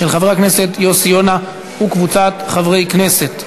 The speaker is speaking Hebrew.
של חבר הכנסת יוסי יונה וקבוצת חברי הכנסת.